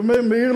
אני מעיר